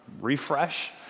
refresh